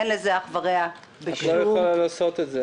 אין לזה אח ורע בשום- -- את לא יכולה לעשות את זה.